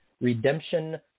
Redemption